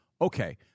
Okay